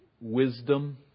wisdom